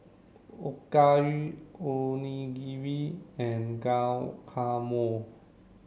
Okayu Onigiri and Guacamole